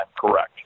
correct